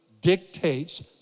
dictates